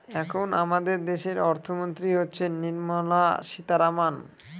এখন আমাদের দেশের অর্থমন্ত্রী হচ্ছেন নির্মলা সীতারামন